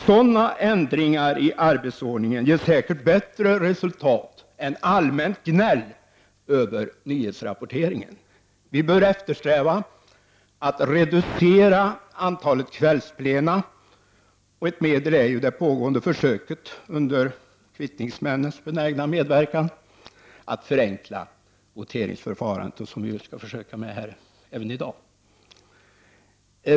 Sådana ändringar i arbetsordningen ger säkert bättre resultat än allmänt gnäll över nyhetsrap porteringen. Vi bör eftersträva att reducera antalet kvällsplena. Ett sätt är ju det på gående försöket, under kvittningsmännens benägna medverkan, att förenkla voteringsförfarandet, något som vi skall försöka praktisera även i dag.